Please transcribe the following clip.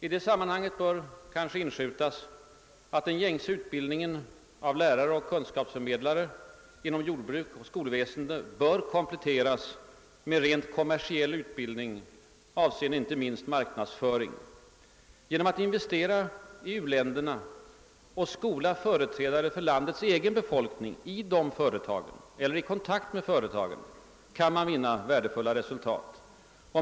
I detta sammanhang bör kanske inskjutas att den gängse utbildningen av lärare och kunskapsförmedlare inom jordbruk och skolväsende bör kompletteras med rent kommersiell utbildning avseende inte minst marknadsföring. Genom att investera i u-länderna och skola företrädare för landets egen befolkning i företagen eller i kontakt med företagen kan man vinna värdefulla resultat.